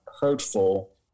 hurtful